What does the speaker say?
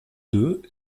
deux